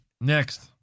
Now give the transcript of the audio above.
Next